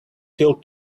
till